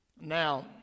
Now